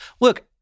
Look